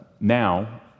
Now